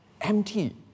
empty